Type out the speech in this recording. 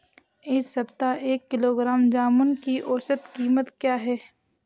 इस सप्ताह एक किलोग्राम जामुन की औसत कीमत क्या है?